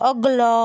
अगला